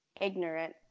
ignorant